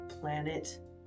planet